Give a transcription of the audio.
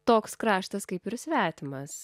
toks kraštas kaip ir svetimas